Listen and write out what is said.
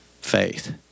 faith